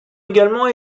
également